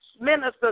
Ministers